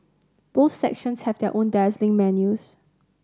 both sections have their own dazzling menus